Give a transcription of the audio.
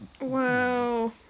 Wow